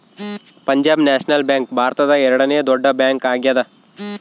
Punjab national bank ಭಾರತದ ಎರಡನೆ ದೊಡ್ಡ ಬ್ಯಾಂಕ್ ಆಗ್ಯಾದ